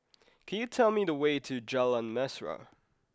could you tell me the way to Jalan Mesra